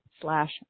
slash